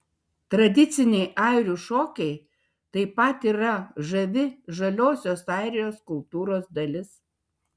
tradiciniai airių šokiai taip pat yra žavi žaliosios airijos kultūros dalis